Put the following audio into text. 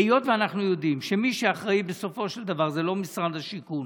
היות שאנחנו יודעים שמי שאחראי בסופו של דבר זה לא משרד השיכון,